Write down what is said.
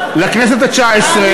אותי.